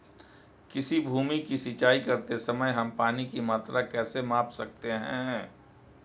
किसी भूमि की सिंचाई करते समय हम पानी की मात्रा कैसे माप सकते हैं?